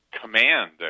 command